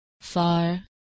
far